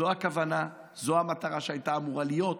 זו הכוונה, זו המטרה שהייתה אמורה להיות.